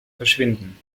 verschwinden